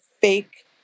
fake